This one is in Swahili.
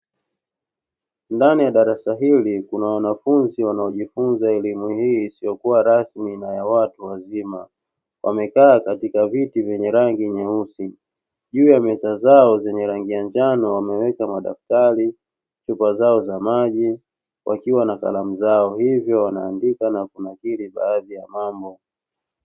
Ndani ya darasa hili, kuna wanafunzi wanaojifunza elimu hii isiyokuwa rasmi na ya watu wazima, wamekaa katika viti vyenye rangi nyeusi, juu ya meza zao zenye rangi ya njano wameweka madaftari, chupa zao za maji, wakiwa na kalamu zao, hivyo wanaandika na kunakili baadhi ya mambo.